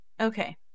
Okay